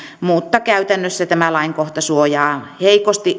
mutta käytännössä tämä lainkohta suojaa heikosti